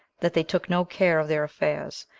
that they took no care of their affairs,